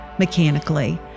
mechanically